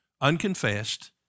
unconfessed